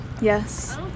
Yes